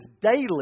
daily